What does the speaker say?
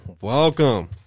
welcome